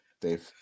Dave